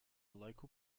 local